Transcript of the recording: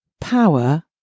power